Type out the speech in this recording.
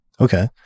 Okay